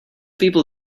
people